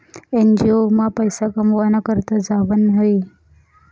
NGO मा पैसा कमावाना करता जावानं न्हयी